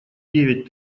девять